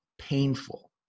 painful